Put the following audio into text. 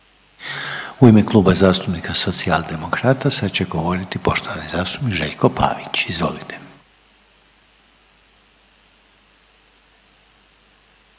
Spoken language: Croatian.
U ime Kluba zastupnika Socijaldemokrata završno će govoriti poštovani zastupnik Željko Pavić. Izvolite.